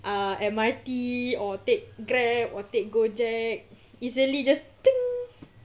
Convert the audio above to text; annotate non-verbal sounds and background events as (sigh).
err M_R_T or take grab or take gojek easily just (noise)